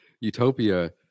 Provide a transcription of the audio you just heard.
utopia